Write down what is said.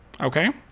Okay